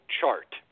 chart